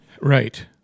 Right